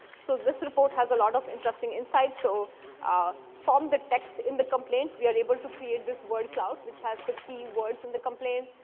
so this report has a lot of interesting insights. so ah from the text in the complaint, we are able to create this word cloud, which has the key words in the complaint.